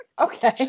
Okay